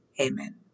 Amen